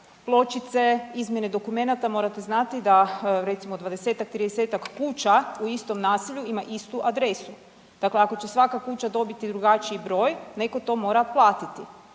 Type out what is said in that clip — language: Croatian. pločice, izmjene dokumenata, morate znati da recimo 20-tak 30-tak kuća u istom naselju ima istu adresu. Dakle, ako će svaka kuća dobiti drugačiji broj neko to mora platiti,